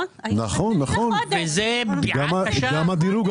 נכון, לפני חודש החזירו צ'קים.